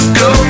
go